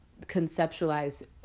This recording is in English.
conceptualize